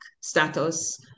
status